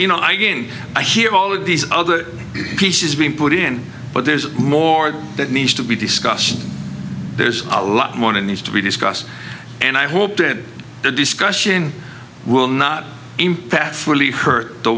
you know i again i hear all of these other pieces being put in but there's more that needs to be discussed there's a lot more needs to be discussed and i hope that the discussion will not impact fully hurt the